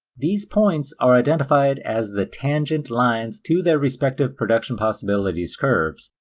these points are identified as the tangent lines to their respective production possibilities curves,